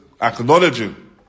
acknowledging